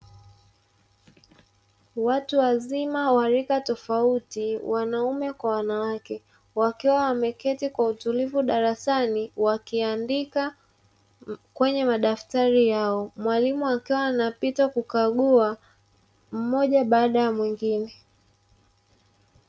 Watu wazima wa rika tofauti, wanaume kwa wanawake wakiwa wameketi kwa utulivu darasani wakiandika kwenye madaftari yao, mwalimu akiwa anapita kukagua mmoja baada ya mwingine.